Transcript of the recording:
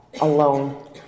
alone